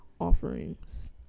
offerings